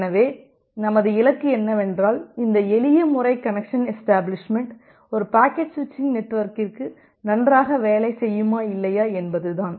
எனவே நமது இலக்கு என்னவென்றால் இந்த எளிய முறை கனெக்சன் எஷ்டபிளிஷ்மெண்ட் ஒரு பாக்கெட் ஸ்விச்சிங் நெட்வொர்க்கிற்கு நன்றாக வேலை செய்யுமா இல்லையா என்பதுதான்